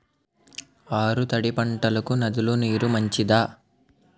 ఆరు తడి పంటలకు నదుల నీరు మంచిదా?